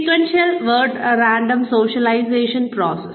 sequential versus random socialisation process